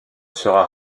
sera